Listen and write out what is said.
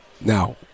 Now